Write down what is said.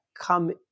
come